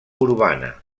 urbana